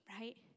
Right